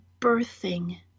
birthing